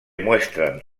muestran